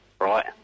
right